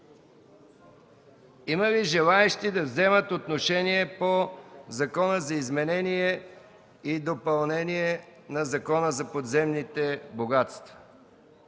Има ли желаещи да вземат отношение по Закона за изменение и допълнение на Закона за подземните богатства?